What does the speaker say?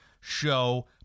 show